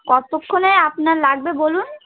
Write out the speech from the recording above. কতক্ষণে আপনার লাগবে বলুন